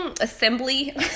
assembly